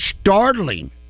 startling